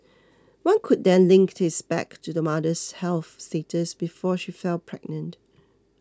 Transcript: one could then link this back to the mother's health status before she fell pregnant